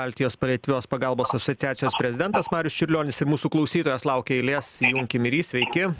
baltijos paliatyvios pagalbos asociacijos prezidentas marius čiurlionis ir mūsų klausytojas laukia eilės junkim ir jį sveiki